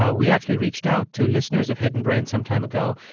ah we actually reached out to listeners of hidden brain some time ago,